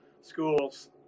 schools